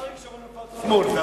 אריק שרון, שמאל.